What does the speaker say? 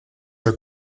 are